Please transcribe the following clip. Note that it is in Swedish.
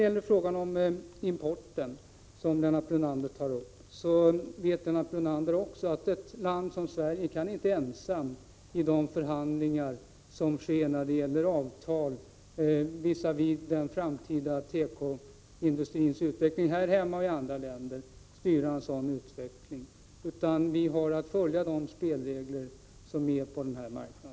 Beträffande importen, som Lennart Brunander tog upp, vet Lennart Brunander också att ett land som Sverige vid de förhandlingar som sker när det gäller avtal om den framtida tekoindustrin här hemma och i andra länder inte ensamt kan styra utvecklingen. Vi har att följa de spelregler som gäller på denna marknad.